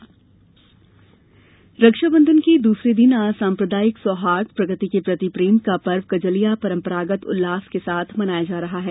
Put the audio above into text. भुजरिया रक्षाबंधन के दूसरे दिन आज साम्प्रदायिक सौहाई प्रकृति के प्रति प्रेम का पर्व कजलिया परंपरागत उत्साह से मनाया जा रहा हैं